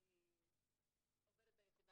אני יודעת עכשיו,